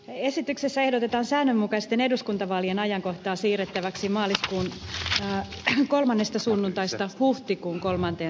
esityksessä ehdotetaan säännönmukaisten eduskuntavaalien ajankohtaa siirrettäväksi maaliskuun kolmannesta sunnuntaista huhtikuun kolmanteen sunnuntaihin